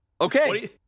Okay